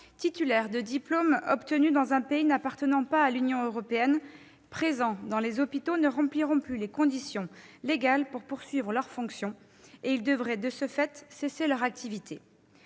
titulaires de diplômes obtenus dans un pays n'appartenant pas à l'Union européenne présents dans les hôpitaux ne rempliront plus les conditions légales pour poursuivre leurs fonctions ; ils devraient de ce fait cesser leur activité.